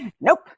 nope